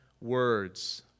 words